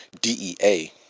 DEA